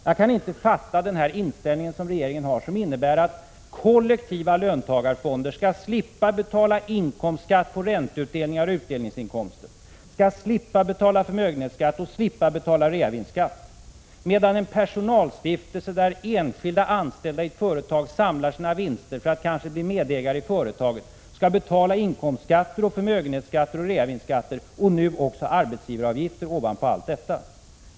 Jag kan inte förstå den inställning som regeringen har och som innebär att kollektiva löntagarfonder skall slippa betala inkomstskatt på ränteutdelningar och utdelningsinkomster, slippa betala förmögenhetsskatt och slippa betala reavinstskatt, medan en personalstiftelse, där enskilda anställda i företaget samlar sina vinster för att kanske bli medägare i företaget, skall betala inkomstskatter, förmögenhetsskatter och reavinstskatter och nu även arbetsgivaravgifter ovanpå allt detta.